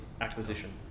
acquisition